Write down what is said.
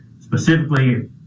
specifically